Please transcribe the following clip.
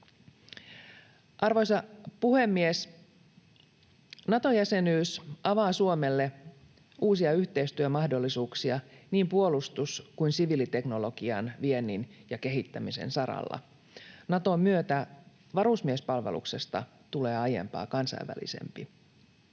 Arvoisa puhemies! Nato-jäsenyys avaa Suomelle uusia yhteistyömahdollisuuksia niin puolustus- kuin siviiliteknologian viennin ja kehittämisen saralla. Naton myötä varusmiespalveluksesta tulee aiempaa kansainvälisempi.